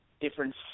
different